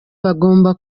bagomba